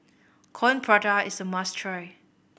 Coin Prata is a must try